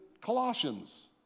colossians